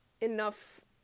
enough